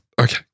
Okay